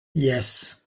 jes